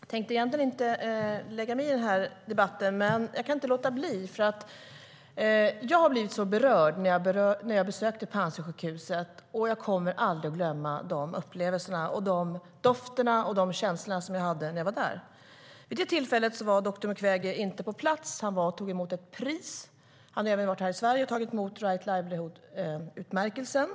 Herr talman! Jag kunde inte låta bli att lägga mig i den här debatten, för jag blev så berörd när jag besökte Panzisjukhuset, och jag kommer aldrig att glömma upplevelserna, dofterna och de känslor som jag hade när jag var där. Vid det tillfället var doktor Mukwege inte på plats. Han var och tog emot ett pris. Han har även varit här i Sverige och tagit emot Right Livelihood-utmärkelsen.